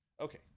Okay